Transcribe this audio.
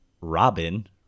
Robin